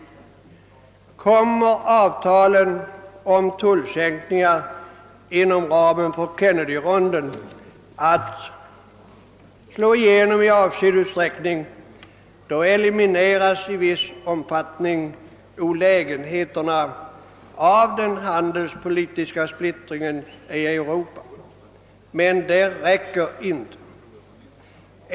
Såvida avtalen om tullsänkningar inom ramen för Kennedyronden i avsedd utsträckning slår igenom, elimineras i viss omfattning olägenheterna av den handelspolitiska splittringen i Europa, men detta räcker inte.